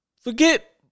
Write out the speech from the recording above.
Forget